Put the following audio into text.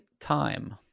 time